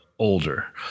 older